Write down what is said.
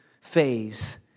phase